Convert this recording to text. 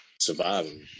surviving